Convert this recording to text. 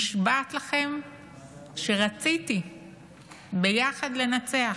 נשבעת לכם שרציתי ביחד לנצח,